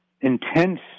intense